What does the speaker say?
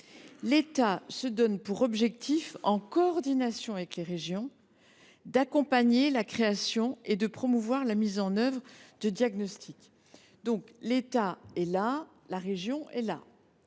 L’État se donne pour objectif, en coordination avec les régions, d’accompagner la création et de promouvoir la mise en œuvre de diagnostics […]». L’État et la région sont